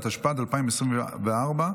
התשפ"ד 2024,